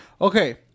Okay